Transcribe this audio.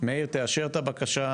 איך העירייה נערכת,